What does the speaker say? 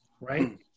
Right